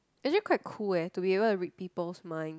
actually quite cool eh to be able to read people's mind